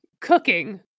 Cooking